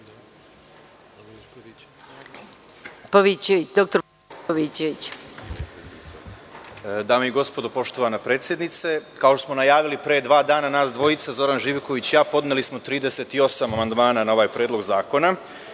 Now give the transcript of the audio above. Dame i gospodo, poštovana predsednice, kao što smo najavili pre dva dana, nas dvojica, Zoran Živković i ja, podneli smo 38 amandmana na ovaj predlog zakona